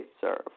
serve